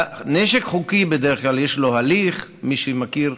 נשק חוקי, בדרך כלל יש לו הליך, מי שמכיר,